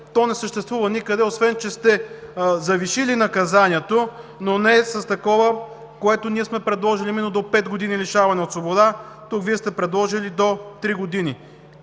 то не съществува никъде, освен че сте завишили наказанието, но не с такова, което ние сме предложили – именно до 5 години лишаване от свобода, предложили сте до 3 години.